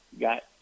got